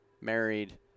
married